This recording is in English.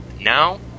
now